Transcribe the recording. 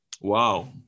Wow